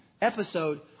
episode